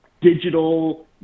digital